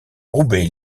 roubaix